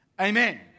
Amen